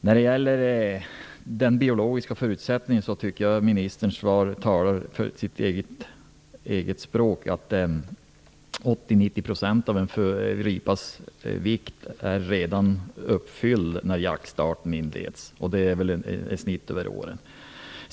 När det gäller den biologiska förutsättningen tycker jag att ministerns svar talar sitt eget språk. Hon säger att 80-90 % av en ripas vikt redan har uppnåtts när jakten inleds. Det är väl beräknat på ett snitt över åren.